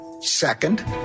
Second